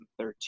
2013